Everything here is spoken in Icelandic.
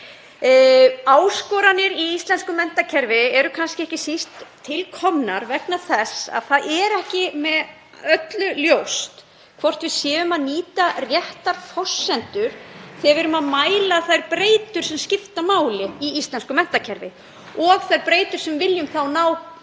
Áskoranir í íslensku menntakerfi eru kannski ekki síst til komnar vegna þess að það er ekki með öllu ljóst hvort við nýtum réttar forsendur þegar við mælum þær breytur sem skipta máli í íslensku menntakerfi og þær breytur sem við viljum ná